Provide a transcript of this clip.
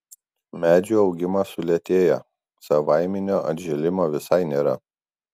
medžių augimas sulėtėja savaiminio atžėlimo visai nėra